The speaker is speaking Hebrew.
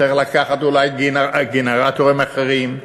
צריך לקחת אולי גנרטורים אחרים,